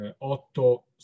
Otto